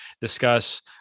discuss